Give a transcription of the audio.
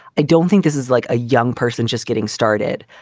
i don't think this is like a young person just getting started.